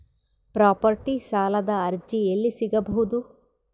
Property ಸಾಲದ ಅರ್ಜಿ ಎಲ್ಲಿ ಸಿಗಬಹುದು?